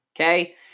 okay